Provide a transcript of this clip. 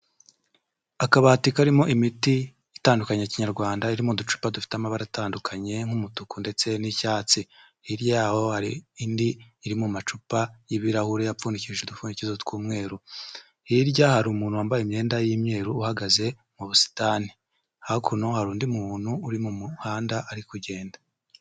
Akabati karimo imiti itandukanye Kinyarwanda irimo uducupa dufite amabara atandukanye nk'umutuku ndetse n'icyatsi hirya yaho hari indi iri mu macupa y'ibirahure apfundikishije udufundikizo tw'umweru hirya hari umuntu wambaye imyenda y'imyeru uhagaze mu busitani hakuno hari undi muntu uri mu muhanda ari kugenda.